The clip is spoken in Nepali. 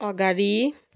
अगाडि